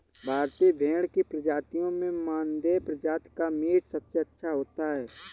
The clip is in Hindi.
भारतीय भेड़ की प्रजातियों में मानदेय प्रजाति का मीट सबसे अच्छा होता है